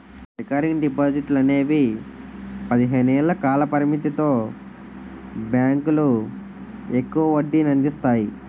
recurring డిపాజిట్లు అనేవి పదిహేను ఏళ్ల కాల పరిమితితో బ్యాంకులు ఎక్కువ వడ్డీనందిస్తాయి